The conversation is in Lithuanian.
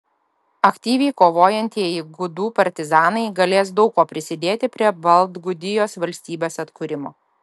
aktyviai kovojantieji gudų partizanai galės daug kuo prisidėti prie baltgudijos valstybės atkūrimo